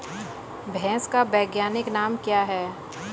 भैंस का वैज्ञानिक नाम क्या है?